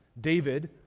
David